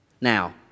Now